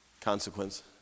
consequence